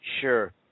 sure